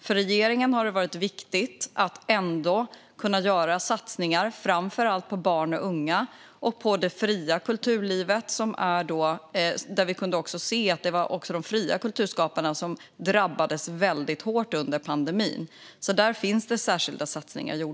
För regeringen har det varit viktigt att göra satsningar på framför allt barn och unga och det fria kulturlivet eftersom de fria kulturskaparna drabbades extra hårt under pandemin. Här görs alltså särskilda satsningar.